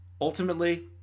Ultimately